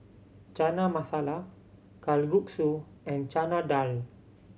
Chana Masala Kalguksu and Chana Dal